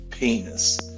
Penis